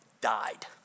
died